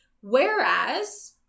Whereas